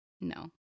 No